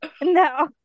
No